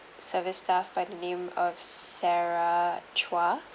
service staff by the name of sarah chua